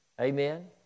Amen